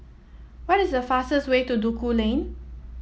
what is the fastest way to Duku Lane